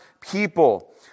people